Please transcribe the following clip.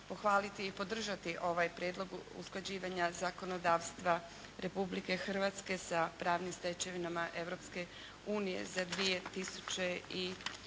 pohvaliti i podržati ovaj Prijedlog usklađivanja zakonodavstva Republike Hrvatske sa pravnim stečevinama Europske